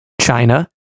China